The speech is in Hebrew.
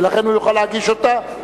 ולכן הוא יוכל להגיש אותה.